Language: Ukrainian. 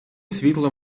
світло